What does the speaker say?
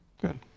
Good